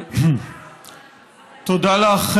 תודה לך,